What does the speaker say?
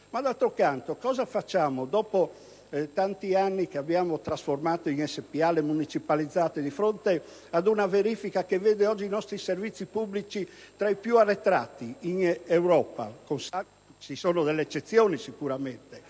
Ma d'altro canto cosa facciamo, dopo tanti anni che abbiamo trasformato in società per azioni le municipalizzate, di fronte ad una verifica che vede oggi i nostri servizi pubblici tra i più arretrati d'Europa? Ci sono delle eccezioni sicuramente,